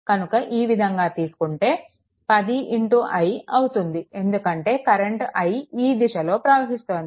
కనుక ఈ విధంగా తీసుకుంటే 10i అవుతుంది ఎందుకంటే కరెంట్ i ఈ దిశలో ప్రవహిస్తోంది